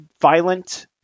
violent